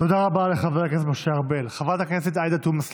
תודה רבה לחבר הכנסת משה ארבל.